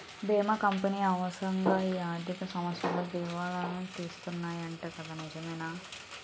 బీమా కంపెనీలు వరసగా ఈ ఆర్థిక సంవత్సరంలో దివాల తీసేస్తన్నాయ్యట నిజమేనా